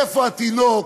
איפה התינוק?